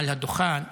מעל הדוכן,